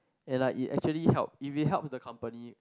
and like it actually help if it helps the company